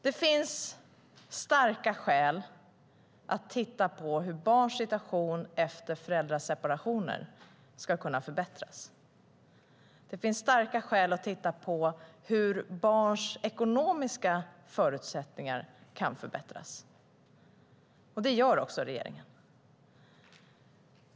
Det finns starka skäl att titta på hur barns situation efter föräldraseparationer ska kunna förbättras. Det finns starka skäl att titta på hur barns ekonomiska förutsättningar kan förbättras. Det gör också regeringen.